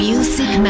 Music